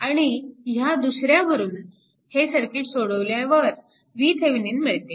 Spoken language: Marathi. आणि ह्या दुसऱ्यावरून हे सर्किट सोडवल्यावर VThevenin मिळते